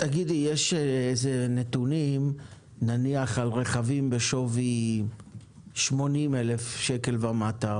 יש נתונים על רכבים בשווי 80,000 שקל ומטה,